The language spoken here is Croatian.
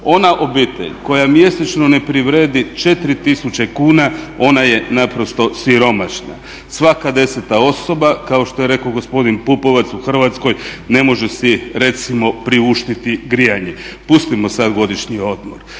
Ona obitelj koja mjesečno ne privredi 4000 kuna ona je naprosto siromašna. Svaka deseta osoba, kao što je rekao gospodin Pupovac, u Hrvatskoj ne može si recimo priuštiti grijanje. Pustimo sad godišnji odmor.